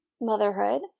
motherhood